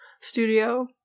studio